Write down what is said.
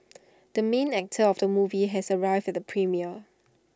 the main actor of the movie has arrived at the premiere